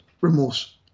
remorse